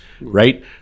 Right